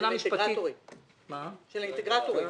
של האינטגרטורים, של חברות האמצע.